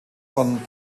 von